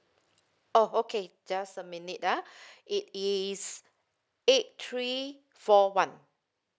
oh okay just a minute ah it is eight three four one